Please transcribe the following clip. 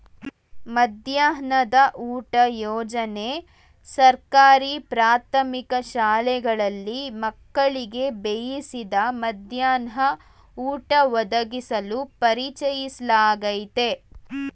ಮಧ್ಯಾಹ್ನದ ಊಟ ಯೋಜನೆ ಸರ್ಕಾರಿ ಪ್ರಾಥಮಿಕ ಶಾಲೆಗಳಲ್ಲಿ ಮಕ್ಕಳಿಗೆ ಬೇಯಿಸಿದ ಮಧ್ಯಾಹ್ನ ಊಟ ಒದಗಿಸಲು ಪರಿಚಯಿಸ್ಲಾಗಯ್ತೆ